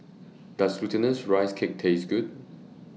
Does Glutinous Rice Cake tastes Good